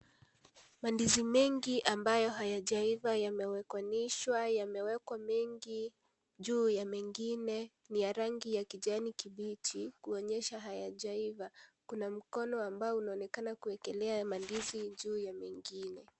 Mandizi mengi ambayo hayajaiva ambayo yamewekanishwa yamewekwa mengi juu ya mengine, ni ya rangi ya kijani kibichi kuonyesha hayajaiva, kuna mkono ambao unaonekana kuwekelea mandizi juu ya mengine.